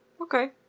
Okay